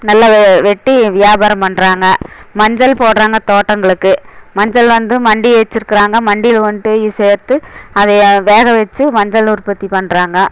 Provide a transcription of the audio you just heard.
நல்லா வெட்டி வியாபாரம் பண்ணுறாங்க மஞ்சள் போடுறாங்க தோட்டங்களுக்கு மஞ்சள் வந்து மண்டி வச்சுருக்குறாங்க மண்டியில் கொண்டுட்டு போய் சேர்த்து அதை வேகவச்சு மஞ்சள் உற்பத்தி பண்ணுறாங்க